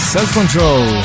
Self-Control